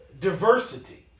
diversity